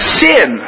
sin